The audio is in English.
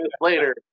later